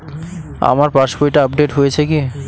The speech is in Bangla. আমার পাশবইটা আপডেট হয়েছে কি?